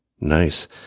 Nice